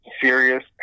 serious